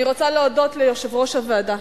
אני רוצה להודות ליושב-ראש הוועדה